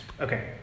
Okay